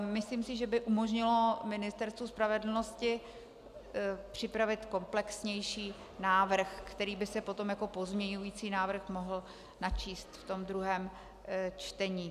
Myslím, že by umožnilo Ministerstvu spravedlnosti připravit komplexnější návrh, který by se potom jako pozměňující návrh mohl načíst ve druhém čtení.